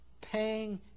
paying